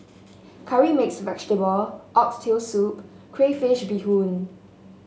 Curry Mixed Vegetable Oxtail Soup Crayfish Beehoon